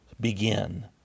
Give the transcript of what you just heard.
begin